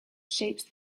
shapes